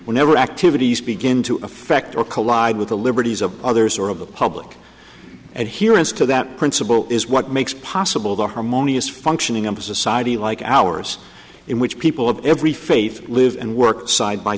whenever activities begin to affect or collide with the liberties of others or of the public and here as to that principle is what makes possible the harmonious functioning of a society like ours in which people of every faith live and work side by